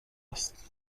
است